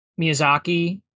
Miyazaki